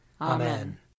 Amen